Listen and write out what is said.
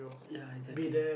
ya exactly